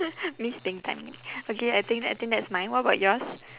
miss being dynamic okay I think I think that's mine what about yours